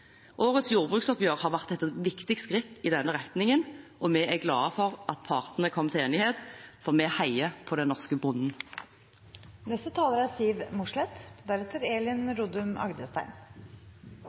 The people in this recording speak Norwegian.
Årets jordbruksoppgjør har vært et viktig skritt i denne retningen, og vi er glade for at partene kom til enighet. Vi heier på den norske